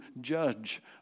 judge